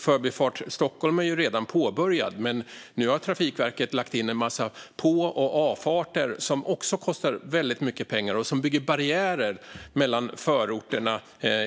Förbifart Stockholm är redan påbörjad, men nu har Trafikverket lagt till en massa på och avfarter som också kostar mycket pengar och som bygger barriärer mellan förorterna